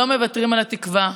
לא מוותרים על התקווה,